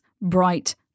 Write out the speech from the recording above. bright